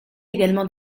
également